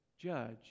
judge